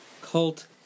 Cult